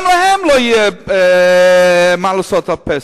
גם להם לא יהיה מה לעשות עד פסח.